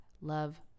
love